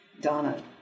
Donna